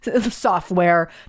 software